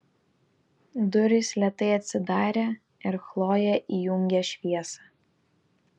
durys lėtai atsidarė ir chlojė įjungė šviesą